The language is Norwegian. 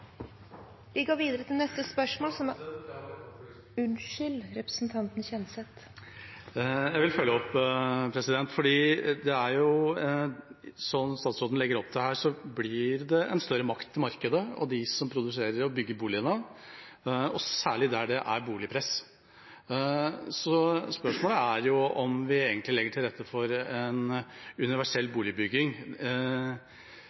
Jeg vil følge opp, for slik som statsråden legger opp til her, så blir det en større makt til markedet og til dem som produserer og bygger boligene, og særlig der det er boligpress. Så spørsmålet er om vi egentlig legger til rette for universell boligbygging utenfor pressområdene og utenfor bysentrene. Vil statsråden være tilfreds med at vi har en boligpolitikk som presser dem som har behov for universell